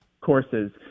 courses